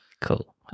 Cool